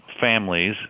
families